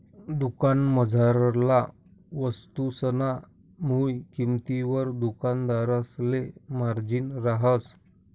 दुकानमझारला वस्तुसना मुय किंमतवर दुकानदारसले मार्जिन रहास